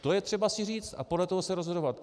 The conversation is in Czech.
To je třeba si říct a podle toho se rozhodovat.